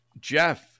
Jeff